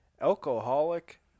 Alcoholic